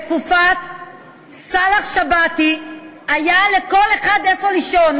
בתקופת סאלח שבתי היה לכל אחד איפה לישון,